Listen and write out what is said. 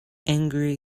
angry